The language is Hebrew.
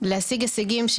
ולהשיג הישגים,